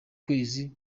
kwezi